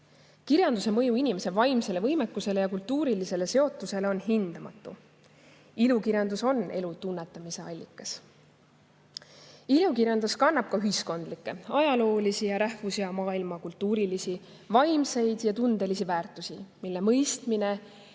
Kirjanduse mõju inimese vaimsele võimekusele ja kultuurilisele seotusele on hindamatu. Ilukirjandus on elu tunnetamise allikas. Ilukirjandus kannab ka ühiskondlikke, ajaloolisi, rahvus- ja maailmakultuurilisi, vaimseid ja tundelisi väärtusi, mille mõistmine